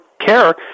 care